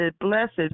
blessed